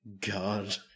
God